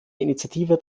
initiative